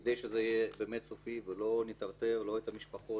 כדי שזה יהיה באמת סופי ולא נטרטר את המשפחות